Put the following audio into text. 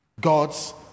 God's